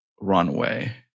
runway